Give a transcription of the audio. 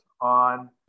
on